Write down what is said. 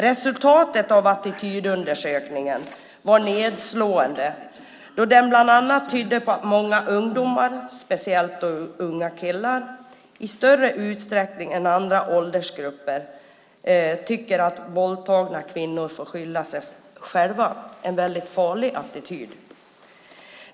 Resultatet av attitydundersökningen var nedslående då den bland annat tydde på att många ungdomar, speciellt unga killar, i större utsträckning än andra åldersgrupper tycker att våldtagna kvinnor får skylla sig själva. Det är en väldigt farlig attityd.